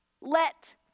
Let